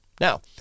Now